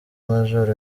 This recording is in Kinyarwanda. major